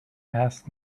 asked